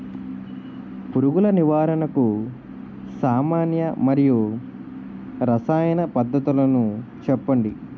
పురుగుల నివారణకు సామాన్య మరియు రసాయన పద్దతులను చెప్పండి?